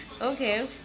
Okay